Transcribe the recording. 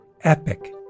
epic